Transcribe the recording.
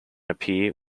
appear